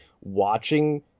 watching